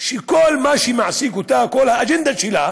שכל מה שמעסיק אותה, כל האג'נדה שלה